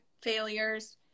failures